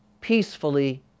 peacefully